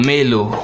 Melo